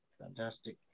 Fantastic